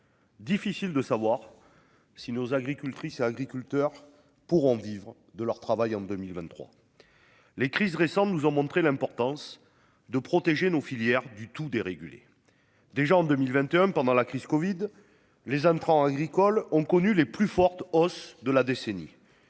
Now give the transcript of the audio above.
Difficile de savoir si nos agricultrices et agriculteurs pourront vivre de leur travail en 2023. Les crises récentes nous ont montré l'importance de protéger nos filières du tout dérégulé. Déjà en 2021 pendant la crise Covid les intrants agricoles ont connu les plus fortes hausses de la décennie.